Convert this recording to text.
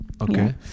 okay